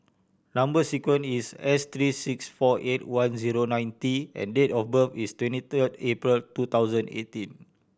number sequence is S three six four eight one zero nine T and date of birth is twenty third April two thousand eighteen